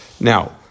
Now